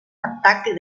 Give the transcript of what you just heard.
ataque